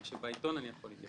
את מה שבעיתון אני יכול להגיד.